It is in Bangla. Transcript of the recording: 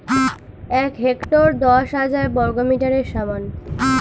এক হেক্টর দশ হাজার বর্গমিটারের সমান